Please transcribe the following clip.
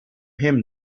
him